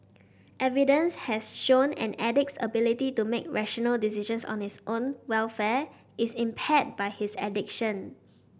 evidence has shown an addict's ability to make rational decisions on his own welfare is impaired by his addiction